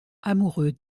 amoureux